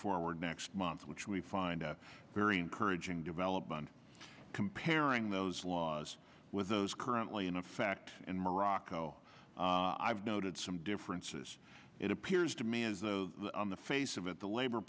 forward next month which we find very encouraging development comparing those laws with those currently in effect in morocco i've noted some differences it appears to me is on the face of it the labor